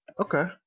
Okay